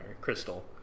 crystal